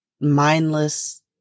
mindless